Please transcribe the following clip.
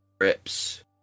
rips